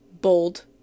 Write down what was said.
Bold